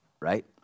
right